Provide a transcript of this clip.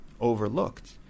overlooked